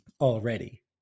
already